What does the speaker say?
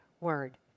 word